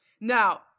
Now